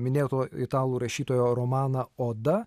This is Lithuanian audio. minėto italų rašytojo romaną oda